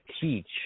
teach